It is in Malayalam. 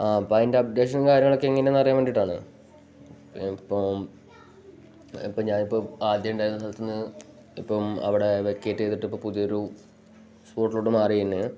ആ അപ്പോള് അതിൻ്റെ അപ്ഡേഷനും കാര്യങ്ങളുമൊക്കെ എങ്ങനെയാണെന്ന് അറിയാന് വേണ്ടിയിട്ടാണ് ഇപ്പം ഇപ്പോള് ഞാനിപ്പം ആദ്യമുണ്ടായിരുന്ന സ്ഥലത്ത് നിന്ന് ഇപ്പം അവിടെ വെക്കേറ്റ് ചെയ്തിട്ട് ഇപ്പം പുതിയൊരു സ്പോട്ടിലേക്ക് മാറിയിട്ടുണ്ട്